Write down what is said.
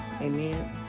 Amen